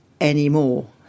anymore